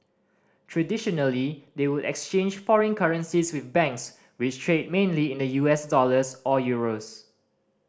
traditionally they would exchange foreign currencies with banks which trade mainly in the U S dollars or euros